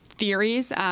theories